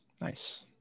Nice